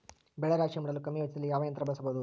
ಬೆಳೆ ರಾಶಿ ಮಾಡಲು ಕಮ್ಮಿ ವೆಚ್ಚದಲ್ಲಿ ಯಾವ ಯಂತ್ರ ಬಳಸಬಹುದು?